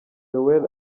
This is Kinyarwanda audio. joel